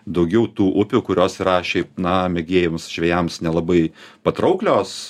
daugiau tų upių kurios yra šiaip na mėgėjams žvejams nelabai patrauklios